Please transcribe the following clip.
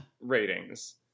ratings